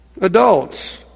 Adults